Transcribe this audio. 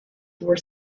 were